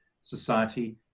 society